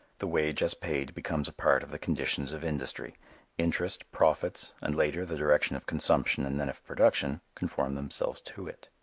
the wage as paid becomes a part of the conditions of industry interest, profits and, later, the direction of consumption and then of production, conform themselves to it.